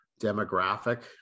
demographic